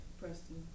Preston